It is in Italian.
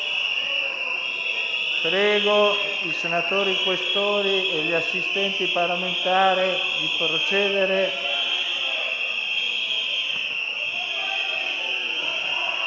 Prego i senatori Questori e gli assistenti parlamentari di procedere